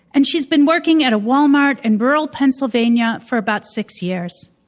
and she's been working at a walmart in rural pennsylvania for about six years.